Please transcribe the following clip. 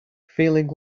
feeling